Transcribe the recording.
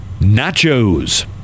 Nachos